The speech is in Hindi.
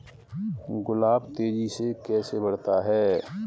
गुलाब तेजी से कैसे बढ़ता है?